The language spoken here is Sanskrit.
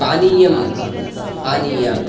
पानीयम् आनीय